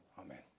amen